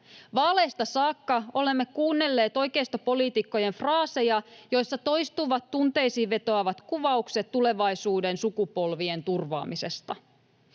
Vaaleista saakka olemme kuunnelleet oikeistopoliitikkojen fraaseja, joissa toistuvat tunteisiin vetoavat kuvaukset tulevaisuuden sukupolvien turvaamisesta.